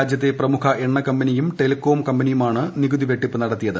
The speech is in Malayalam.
രാജ്യത്തെ പ്രമുഖ എണ്ണ കമ്പനിയും ടെലികോം കമ്പനിയുമാണ് നികുതി വെട്ടിപ്പ് നടത്തിയത്